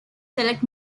select